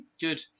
Good